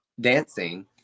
dancing